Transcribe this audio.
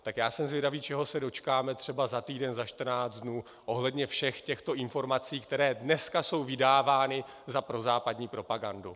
Tak já jsem zvědavý, čeho se dočkáme třeba za týden, za čtrnáct dnů ohledně všech těchto informací, které dneska jsou vydávány za prozápadní propagandu.